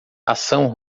ação